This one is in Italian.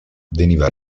veniva